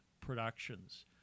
productions